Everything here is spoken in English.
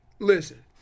listen